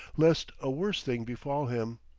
lest a worse thing befall him.